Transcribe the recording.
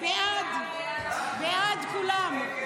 הסתייגות 591 לא נתקבלה.